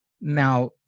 now